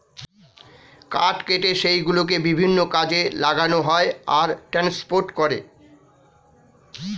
কাঠ কেটে সেই গুলোকে বিভিন্ন কাজে লাগানো হয় আর ট্রান্সপোর্ট করে